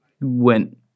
went